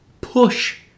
push